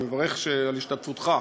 אני מברך על השתתפותך,